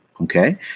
Okay